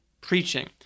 preaching